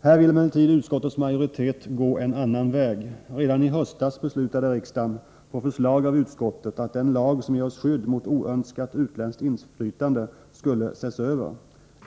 Här vill emellertid utskottets majoritet gå en annan väg. Redan i höstas beslutade riksdagen på förslag av utskottet att den lag som ger oss skydd mot oönskat utländskt inflytande skulle ses över.